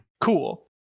Cool